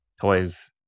toys